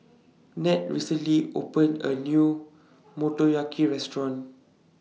Ned recently opened A New Motoyaki Restaurant